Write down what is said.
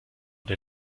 der